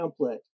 template